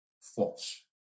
false